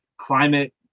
climate